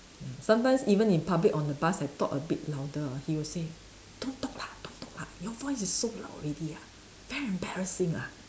ya sometimes even in public on the bus I talk a bit louder ah he will say don't talk lah don't talk lah your voice is so loud already ah very embarrassing lah